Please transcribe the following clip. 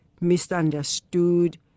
misunderstood